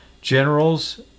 generals